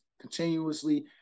continuously